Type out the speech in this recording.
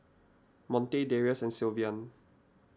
Monte Darius and Sylvan